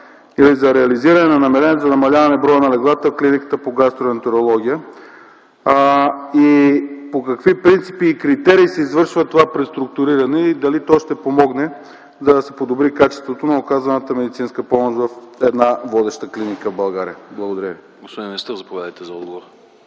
или за реализиране на намерение за намаляване на броя на леглата в Клиниката по гастроентерология? По какви принципи и критерии се извършва това преструктуриране? Дали то ще помогне, за да се подобри качеството на оказваната медицинска помощ в една водеща клиника в България? Благодаря ви. ПРЕДСЕДАТЕЛ АНАСТАС АНАСТАСОВ: Господин министър, заповядайте за отговор.